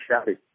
shabby